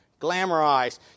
glamorized